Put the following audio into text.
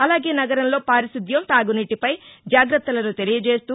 అలాగే నగరంలో పారిశుధ్యం తాగునీటీపై జాగ్రత్తలను తెలియజేస్తూ